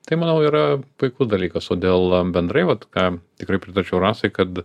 tai manau yra puiku dalykas todėl bendrai vat kam tikrai pritarčiau rasai kad